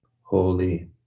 Holy